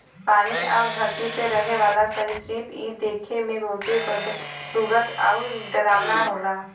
पानी आउर धरती पे रहे वाला सरीसृप इ देखे में बहुते बदसूरत आउर डरावना होला